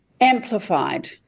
amplified